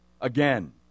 again